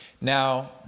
Now